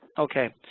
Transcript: okay.